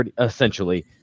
essentially